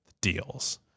deals